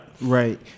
Right